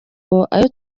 ayo